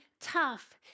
tough